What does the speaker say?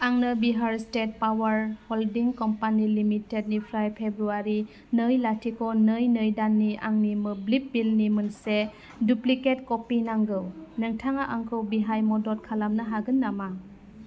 आंनो Bihar state power holding company limited निफ्राय February नै लाथिख' नै नै दाननि आंनि मोब्लिब बिलनि मोनसे डुब्लिकेट कपि नांगौ नोंथाङा आंखौ बेहाय मदद खालामनो हागोन नामा